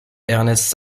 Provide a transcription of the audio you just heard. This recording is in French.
ernest